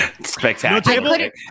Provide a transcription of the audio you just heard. Spectacular